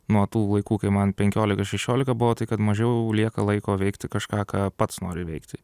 nuo tų laikų kai man penkiolika šešiolika buvo tai kad mažiau lieka laiko veikti kažką ką pats nori veikti